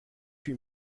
huit